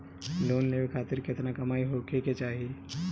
Loan लेवे खातिर केतना कमाई होखे के चाही?